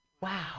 wow